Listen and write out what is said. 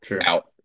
out